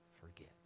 forget